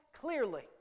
clearly